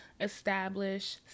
establish